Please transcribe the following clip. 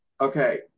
Okay